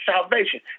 salvation